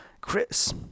Chris